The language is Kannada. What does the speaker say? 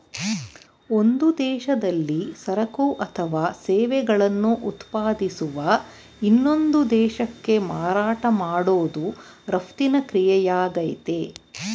ಒಂದು ದೇಶದಲ್ಲಿ ಸರಕು ಅಥವಾ ಸೇವೆಗಳನ್ನು ಉತ್ಪಾದಿಸುವ ಇನ್ನೊಂದು ದೇಶಕ್ಕೆ ಮಾರಾಟ ಮಾಡೋದು ರಫ್ತಿನ ಕ್ರಿಯೆಯಾಗಯ್ತೆ